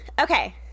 Okay